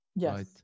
Yes